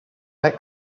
back